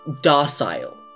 docile